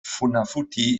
funafuti